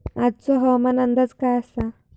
आजचो हवामान अंदाज काय आसा?